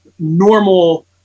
Normal